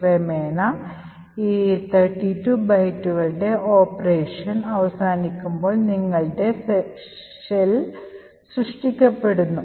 ക്രമേണ ഈ 32 ബൈറ്റുകളുടെ ഓപ്പറേഷൻ അവസാനിക്കുമ്പോൾ നിങ്ങളുടെ ഷെൽ സൃഷ്ടിക്കപ്പെടുന്നു